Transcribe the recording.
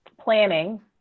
planning